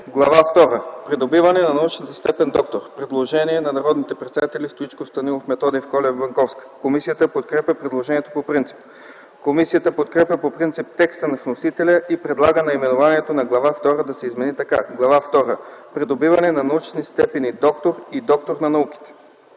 втора – Придобиване на научни степени „доктор” и „доктор на науките”.”